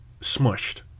smushed